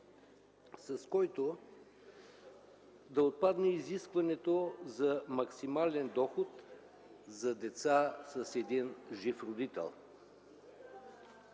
с който да отпадне изискването за максимален доход за деца с един жив родител.